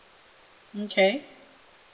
okay